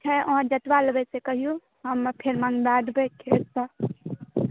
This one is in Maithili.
छै अहाँ जतबा लेबै से कहियौ हम फेर मङ्गबा देबै फेरसँ